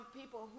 people